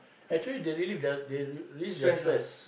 actually they relieve their they relieve their stress